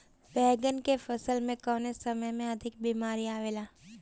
बैगन के फसल में कवने समय में अधिक बीमारी आवेला?